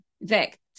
Vic